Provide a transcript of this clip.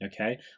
okay